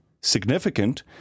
significant